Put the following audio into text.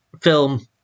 film